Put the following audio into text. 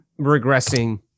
regressing